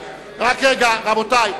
לא, הוא אמר, רבותי,